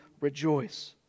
rejoice